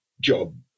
job